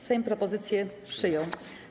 Sejm propozycję przyjął.